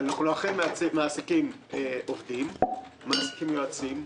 אנחנו אכן מעסיקים עובדים ומעסיקים יועצים.